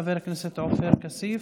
חבר הכנסת עופר כסיף,